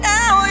Now